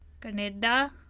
Canada